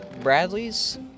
Bradley's